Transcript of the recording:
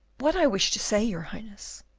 what i wish to say, your highness,